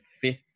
fifth